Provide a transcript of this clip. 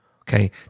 okay